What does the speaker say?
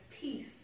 peace